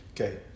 Okay